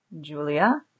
Julia